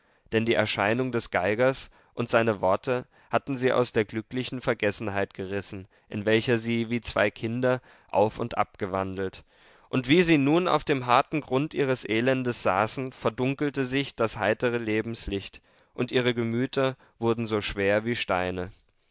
denn die erscheinung des geigers und seine worte hatten sie aus der glücklichen vergessenheit gerissen in welcher sie wie zwei kinder auf und ab gewandelt und wie sie nun auf dem harten grund ihres elendes saßen verdunkelte sich das heitere lebenslicht und ihre gemüter wurden so schwer wie steine